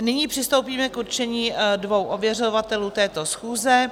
Nyní přistoupíme k určení dvou ověřovatelů této schůze.